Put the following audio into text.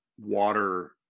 water